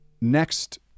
next